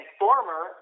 former